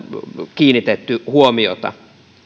kiinnitetty huomiota